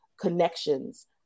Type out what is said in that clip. connections